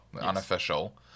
unofficial